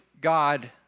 God